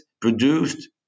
produced